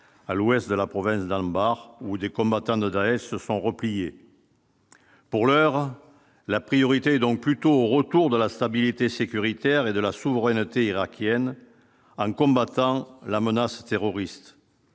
à l'ouest de la province d'Anbar où des combattants de graisse se sont repliés, pour l'heure, la priorité est donc plutôt au retour de la stabilité sécuritaire et de la souveraineté irakienne en combattant la menace terroriste,